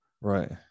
right